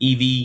EV